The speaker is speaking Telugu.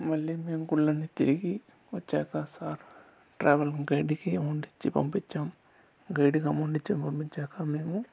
మళ్లీ మేం గుళ్ళన్ని తిరిగి వచ్చాక సార్ ట్రావెల్ గైడ్కి అమౌంట్ ఇచ్చి పంపించాం గైడుకి అమౌంట్ ఇచ్చి పంపించాక మేము